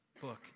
book